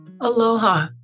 Aloha